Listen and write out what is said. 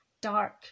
dark